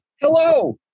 Hello